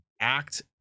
act